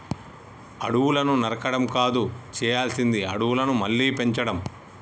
అడవులను నరకడం కాదు చేయాల్సింది అడవులను మళ్ళీ పెంచడం